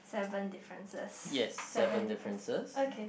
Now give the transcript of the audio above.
seven differences seven differences okay